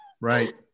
Right